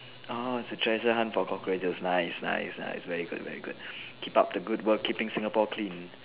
orh is a treasure hunt for cockroaches nice nice nice very good very good keep up the good work keeping Singapore clean